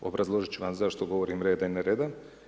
Obrazložiti ću vam zašto govorim reda i ne reda.